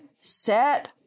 set